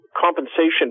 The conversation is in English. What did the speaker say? compensation